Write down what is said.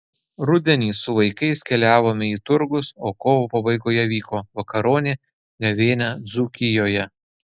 rudenį su vaikais keliavome į turgus o kovo pabaigoje vyko vakaronė gavėnia dzūkijoje